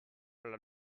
alla